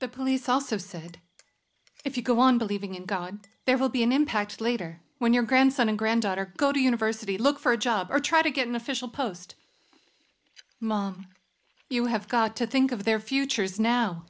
the police also said if you go on believing in god there will be an impact later when your grandson and granddaughter go to university look for a job or try to get an official post mom you have got to think of their futures now